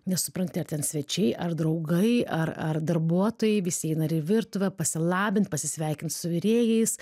nesupranti ar ten svečiai ar draugai ar ar darbuotojai visi eina ir į virtuvę pasilabint pasisveikint su virėjais